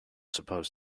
suppose